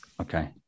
okay